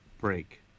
break